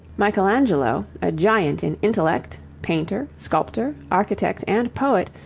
michelangelo, a giant in intellect, painter, sculptor, architect, and poet,